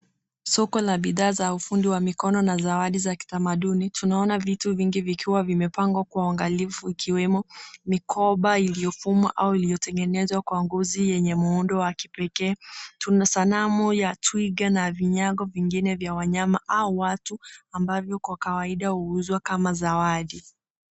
Soko la bidhaa za ufundi wa mikono na zawadi za kitamaduni tunaona vitu vingi vikiwa vimepangwa kwa uangalifu ikiwemo mikoba iliyofumwa au iliyotengeneza kwa ngozi yenye muundo wa kipekee tuna sanamu ya twiga na vinyago vingine vya wanyama au watu ambavyo kwa kawaida huuzwa kama zawadi.